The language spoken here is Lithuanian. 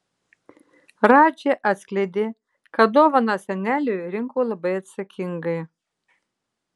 radži atskleidė kad dovaną seneliui rinko labai atsakingai